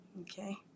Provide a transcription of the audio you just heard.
Okay